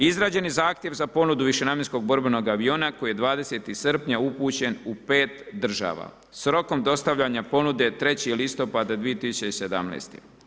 Izrađen je zahtjev za ponudu višenamjenskog borbenog aviona koji je 20. srpnja upućen u 5 država s rokom dostavljanja ponude 3. listopada 2017.